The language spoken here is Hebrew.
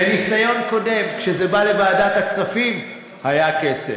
מניסיון קודם, כשזה הגיע לוועדת הכספים, היה כסף.